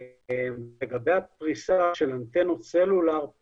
לגבי הפריסה של אנטנות סלולר,